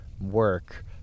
work